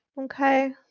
okay